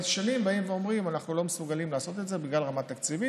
כי שנים אומרים: אנחנו לא מסוגלים לעשות את זה בגלל רמה תקציבית,